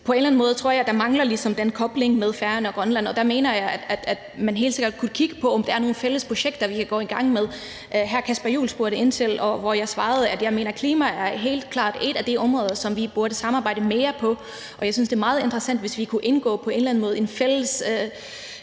det. På en eller anden måde tror jeg, at der ligesom mangler den kobling mellem Færøerne og Grønland, og der mener jeg, at man helt sikkert kunne kigge på, om der kunne være nogle fælles projekter, vi kunne gå i gang med. Hr. Kasper Roug spurgte ind til det, hvor jeg svarede, at jeg mener, at klimaet helt klart er et af de områder, som vi burde samarbejde mere om, og jeg synes, det er meget interessant, hvis vi på en eller anden måde kunne